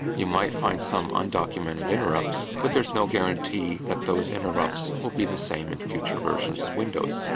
you might find some undocumented interrupts, but there's no guarantee that those interrupts will be the same in future versions of windows.